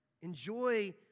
enjoy